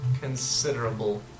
considerable